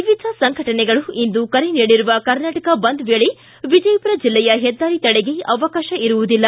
ವಿವಿಧ ಸಂಘಟನೆಗಳು ಇಂದು ಕರೆ ನೀಡಿರುವ ಕರ್ನಾಟಕ ಬಂದ್ ವೇಳೆ ವಿಜಯಪುರ ಜಿಲ್ಲೆಯ ಹೆದ್ದಾರಿ ತಡೆಗೆ ಅವಕಾಶ ಇರುವುದಿಲ್ಲ